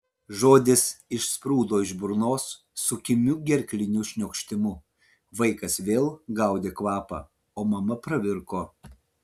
žodis išsprūdo iš burnos su kimiu gerkliniu šniokštimu vaikas vėl gaudė kvapą o mama pravirko